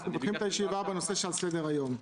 אנחנו פותחים את הישיבה בנושא שעל סדר היום.